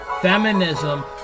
Feminism